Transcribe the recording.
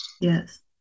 Yes